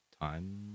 time